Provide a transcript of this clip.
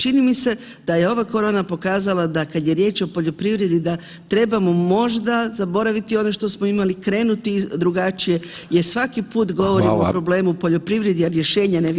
Čini mi se da je ova korona pokazala da kad je riječ o poljoprivredi da trebamo možda zaboraviti ono što smo imali, krenuti drugačije jer svaki put govorimo [[Upadica: Hvala]] o problemu u poljoprivredi, a rješenja ne vidim.